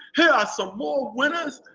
here are some more winners,